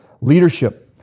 Leadership